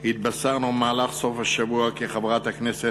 התבשרנו במהלך סוף השבוע כי חברת הכנסת